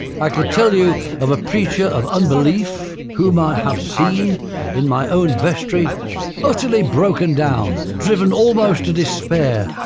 i could tell you of a preacher of unbelief, whom i have seen in my own vestry utterly broken down driven almost to despair,